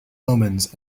omens